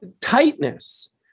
tightness